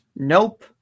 Nope